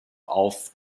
auf